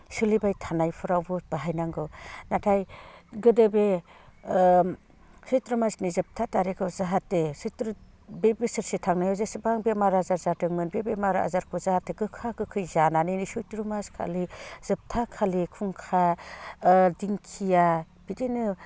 सोलिबाय थानायफोरावबो बाहायनांगौ नाथाय गोदो बे सैत्र' मासनि जोबथा थारिखआव जाहाथे सैत्र' बे बोसोरसे थांनायाव जेसेबां बेमार आजार जादोंमोन बे बेमार आजारफोर जाहाथे गोखा गोखै जानानै बे सैत्र' मासखालि जोबथा खालि खुंखा दिंखिया बिदिनो